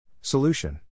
Solution